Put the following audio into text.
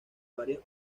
varias